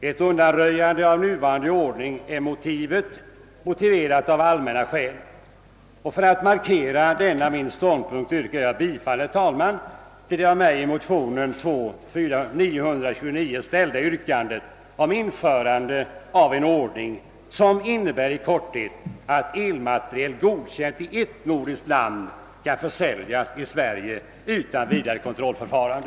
Ett undanröjande av nuvarande ordning är motiverat av allmänna skäl. För att markera denna min ståndpunkt hemställer jag om bifall, herr talman, till det av mig i motionen. II: 929 ställda yrkandet om införande av en ordning, som i korthet skulle innebära att elmateriel, godkänd i ett nordiskt land, kan försäljas i Sverige utan vidare kontrollförfarande.